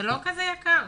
זה לא כזה יקר.